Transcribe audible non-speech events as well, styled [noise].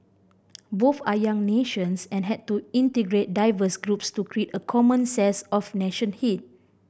both are young nations and had to integrate diverse groups to create a common sense of [unintelligible]